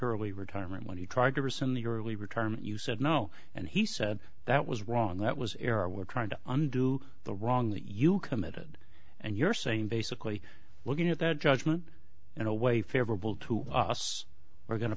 take early retirement when he tried to rescind the early retirement you said no and he said that was wrong that was error we're trying to undo the wrong you committed and you're saying basically looking at the judgment in a way favorable to us we're go